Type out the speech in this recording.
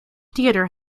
theatre